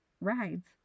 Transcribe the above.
rides